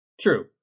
True